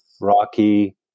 Rocky